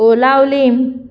Colvale